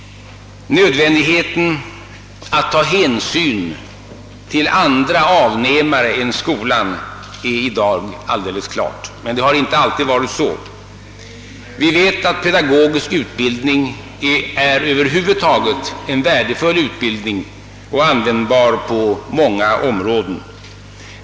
Nödvändigheten att ta hänsyn till andra avnämare än skolan är i dag alldeles klar — det har inte alltid varit så. Vi vet att pedagogisk utbildning över huvud taget är värdefull och användbar på många områden.